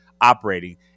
operating